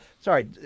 Sorry